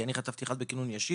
כי אני חטפתי אחד בכינון ישיר